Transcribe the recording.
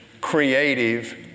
creative